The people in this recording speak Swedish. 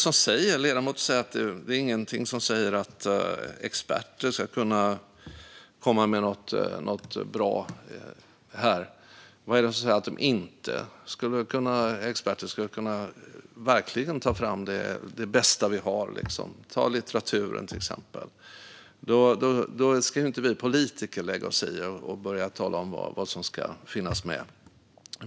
Enligt ledamoten är det ingenting som säger att experter skulle kunna komma med något bra här. Vad är det som säger att de inte verkligen skulle kunna ta fram det bästa vi har? Ta litteraturen, till exempel. Där ska inte vi politiker lägga oss i och börja tala om vad som ska finns med.